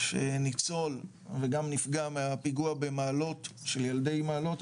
שניצול וגם נפגע מהפיגוע במעלות של ילדי מעלות,